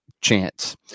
Chance